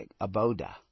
aboda